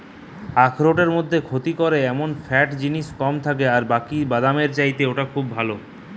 আখরোটের মধ্যে ক্ষতি করে এমন ফ্যাট জিনিস কম থাকে আর বাকি বাদামের চাইতে ওটা খুব ভালো